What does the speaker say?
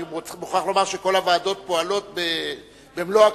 אני מוכרח לומר שכל הוועדות פועלות במלוא הקיטור.